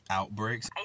outbreaks